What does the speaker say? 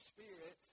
Spirit